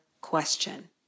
question